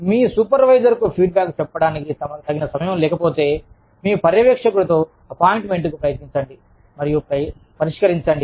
మీ supervisor కు feedback చెప్పడానికి తగిన సమయం లేకపోతే మీ పర్యవేక్షకుడితో అపాయింట్మెంట్ కు ప్రయత్నించండి మరియు పరిష్కరించండి